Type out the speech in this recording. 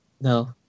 no